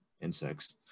insects